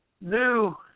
New